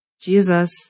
Jesus